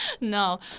no